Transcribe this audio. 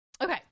Okay